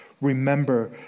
Remember